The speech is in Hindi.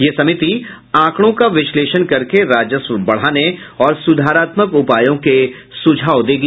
यह समिति आंकड़ों का विश्लेषण करके राजस्व बढ़ाने और सुधारात्मक उपायों के सुझाव देगी